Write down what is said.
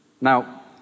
Now